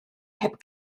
heb